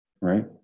right